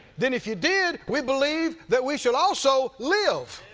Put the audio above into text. then if you did, we believe that we shall also live